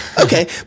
okay